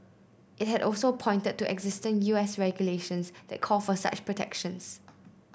it had also pointed to existing U S regulations that call for such protections